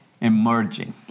emerging